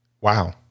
Wow